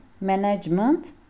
management